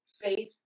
faith